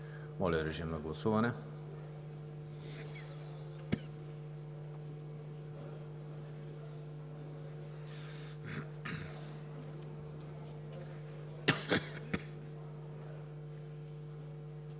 Моля, режим на гласуване